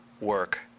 work